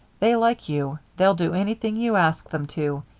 they like you. they'll do anything you ask them to.